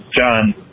John